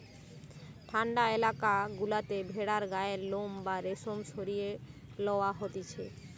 ঠান্ডা এলাকা গুলাতে ভেড়ার গায়ের লোম বা রেশম সরিয়ে লওয়া হতিছে